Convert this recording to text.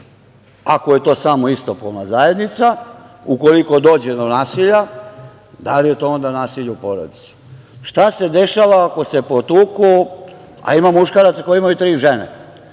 Ako je to samo istopolna zajednica ukoliko dođe do nasilja da li je to onda nasilje u porodici? Šta se dešava ako se potuku, a ima muškaraca koji imaju tri žene,